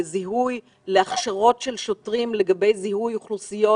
על הכשרות של שוטרים לגבי זיהוי אוכלוסיות